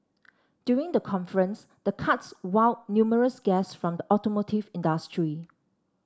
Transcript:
during the conference the karts wowed numerous guests from the automotive industry